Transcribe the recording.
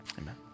amen